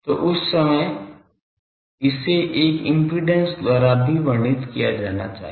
तो उस समय इसे एक इम्पीडेन्स द्वारा भी वर्णित किया जाना चाहिए